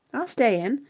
i'll stay in.